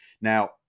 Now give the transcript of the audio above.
Now